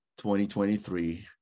2023